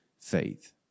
faith